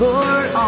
Lord